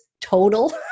total